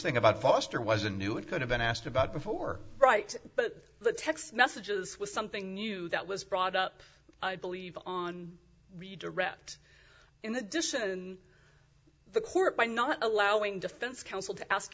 thing about foster was a new it could have been asked about before right but the text messages was something new that was brought up i believe on redirect in the dissent in the court by not allowing defense counsel to ask